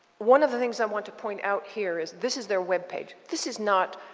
one of the things i want to point out here is this is their web page. this is not,